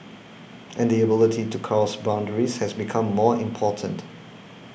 and the ability to cross boundaries has become more important